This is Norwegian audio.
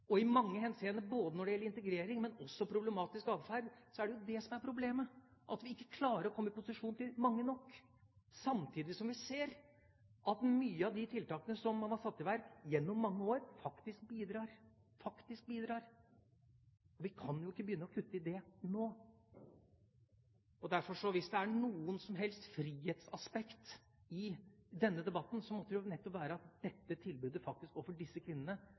I mange henseende når det gjelder integrering, men også ved problematisk atferd er det det som er problemet: at vi ikke klarer å komme i posisjon til mange nok, samtidig som vi ser at mange av de tiltakene som man har satt i verk gjennom mange år, faktisk virker. Vi kan ikke begynne å kutte i det nå. Så hvis det er noe som helst slags frihetsaspekt i denne debatten, måtte det nettopp være at dette tilbudet overfor disse kvinnene må styrkes, og